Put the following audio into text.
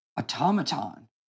automaton